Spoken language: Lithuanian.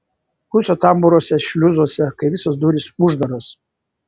rūsio tambūruose šliuzuose kai visos durys uždaros